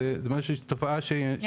תודה.